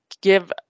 give